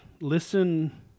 Listen